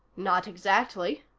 not exactly,